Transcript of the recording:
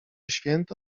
święty